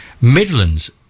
Midlands